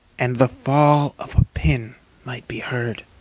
and the fall of a pin might be heard.